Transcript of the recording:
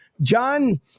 John